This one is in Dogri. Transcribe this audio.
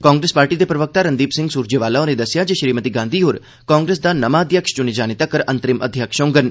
कांग्रेस प्रवक्ता रनदीप सिंह सूरजेवाला होरे दस्सेआ जे श्रीमती गांधी होर कांग्रेस दा नमां अध्यक्ष चुने जाने तक्कर अंतरिम अध्यक्ष होडन